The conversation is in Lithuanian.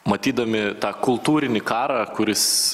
matydami tą kultūrinį karą kuris